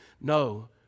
No